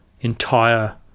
entire